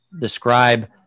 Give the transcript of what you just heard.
describe